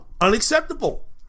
unacceptable